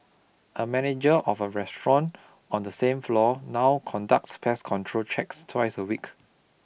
a manager of a restaurant on the same floor now conducts pest control checks twice a week